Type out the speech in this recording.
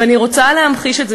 ואני רוצה להמחיש את זה,